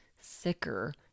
sicker